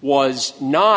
was not